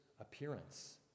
appearance